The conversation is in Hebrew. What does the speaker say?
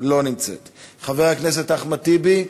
לא נמצאת, חבר הכנסת אחמד טיבי,